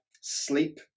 Sleep